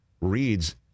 reads